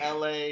LA